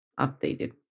updated